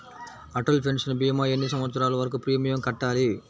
Atal pension భీమా ఎన్ని సంవత్సరాలు వరకు ప్రీమియం కట్టాలి?